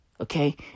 Okay